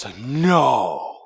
no